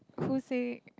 who say